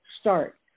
start